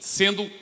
sendo